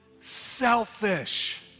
selfish